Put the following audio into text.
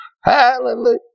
Hallelujah